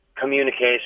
communication